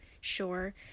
sure